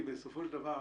כי בסופו של דבר,